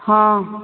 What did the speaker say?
हँ